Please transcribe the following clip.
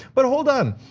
but hold on,